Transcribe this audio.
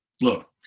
Look